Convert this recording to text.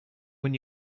when